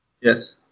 Yes